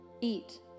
eat